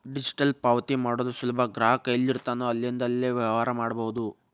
digital ಪಾವತಿ ಮಾಡೋದು ಸುಲಭ ಗ್ರಾಹಕ ಎಲ್ಲಿರ್ತಾನೋ ಅಲ್ಲಿಂದ್ಲೇ ವ್ಯವಹಾರ ಮಾಡಬೋದು